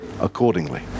accordingly